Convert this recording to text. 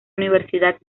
universidad